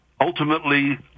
ultimately